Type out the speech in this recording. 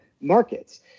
markets